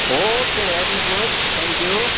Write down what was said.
okay very good thank you